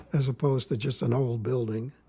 as opposed to just an old building,